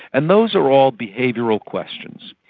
and those are all behavioural questions.